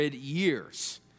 years